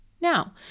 Now